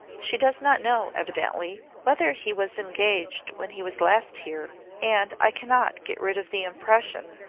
she does not know, evidently, whether he was engaged when he was last here and i cannot get rid of the impression,